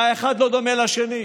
הרי האחד לא דומה לשני.